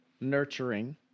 nurturing